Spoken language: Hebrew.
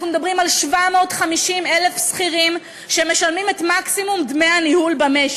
אנחנו מדברים על 750,000 שכירים שמשלמים את מקסימום דמי הניהול במשק.